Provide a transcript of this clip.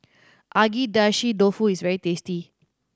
Agedashi Dofu is very tasty